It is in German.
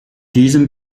diesem